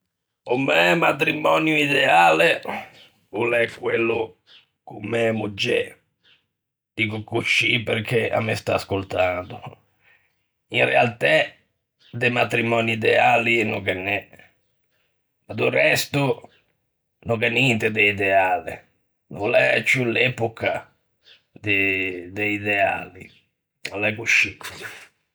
O mæ matrimònio ideale o l'é quello con mæ moggê (diggo coscì perché a me sta ascoltando). In realtæ de matrimòni ideali no ghe n'é, ma do resto no gh'é ninte de ideale, no l'é ciù epoca de ideali, l'é coscì.